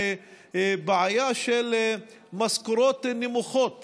לבעיה של משכורות נמוכות